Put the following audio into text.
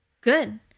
Good